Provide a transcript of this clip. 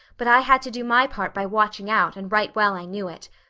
but i had to do my part by watching out and right well i knew it.